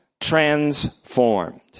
transformed